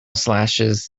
slashes